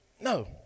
No